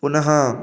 पुनः